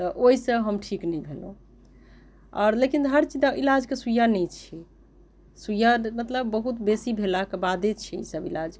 तऽ ओहिसँ हम ठीक नहि भेलहुँ आओर लेकिन हर चीजके इलाजके सुइया नहि छै सुइया मतलब बहुत बेसी भेलाके बादे दैत छै ईसभ इलाज